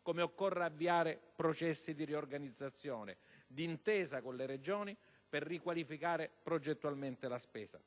- l'avvio di processi di riorganizzazione, d'intesa con le Regioni, per riqualificare progettualmente la spesa.